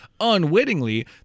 unwittingly